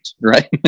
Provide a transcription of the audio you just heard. right